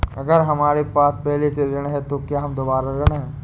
अगर हमारे पास पहले से ऋण है तो क्या हम दोबारा ऋण हैं?